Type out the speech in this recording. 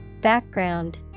Background